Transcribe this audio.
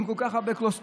עם כל כך הרבה כולסטרול,